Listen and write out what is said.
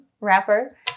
Rapper